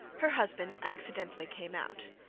her husband accidentally came out.